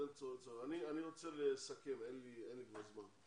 אני רוצה לסכם, אין לי כבר זמן.